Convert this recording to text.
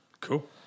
Cool